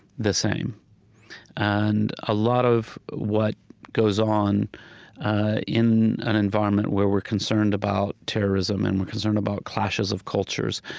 the same and a lot of what goes on in an environment where we're concerned about terrorism, and we're concerned about clashes of cultures,